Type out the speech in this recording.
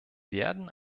werden